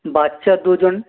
বাচ্চা দুজন